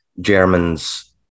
germans